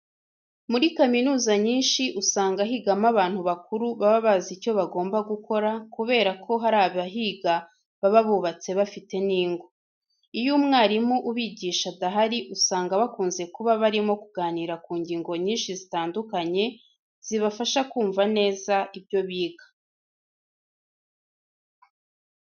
Muri kaminuza nyinshi usanga higamo abantu bakuru baba bazi icyo bagomba gukora kubera ko hari abahiga baba bubatse bafite n'ingo. Iyo umwarimu ubigisha adahari usanga bakunze kuba barimo kuganira ku ngingo nyinshi zitandukanye zibafasha kumva neza ibyo biga.